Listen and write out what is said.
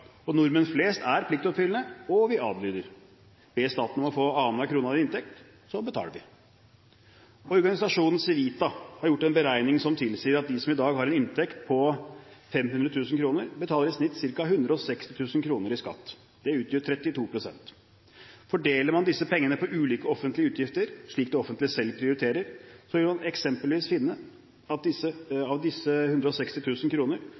og nordmenn flest er pliktoppfyllende, og vi adlyder. Ber staten om å få annenhver krone av din inntekt, betaler vi. Organisasjonen Civita har gjort en beregning som tilsier at de som i dag har en inntekt på 500 000 kr, i gjennomsnitt betaler ca. 160 000 kr i skatt. Det utgjør 32 pst. Fordeler man disse pengene på ulike offentlige utgifter, slik det offentlige selv prioriterer, vil man eksempelvis finne at av disse